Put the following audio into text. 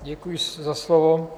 Děkuji za slovo.